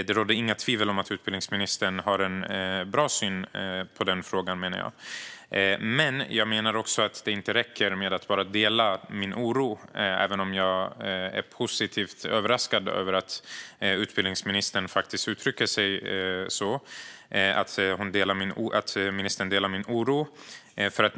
Det råder inga tvivel om att utbildningsministern har en bra syn på de frågorna. Men jag menar också att det inte räcker med att bara dela min oro, även om jag är positivt överraskad över att utbildningsministern uttrycker att hon gör det.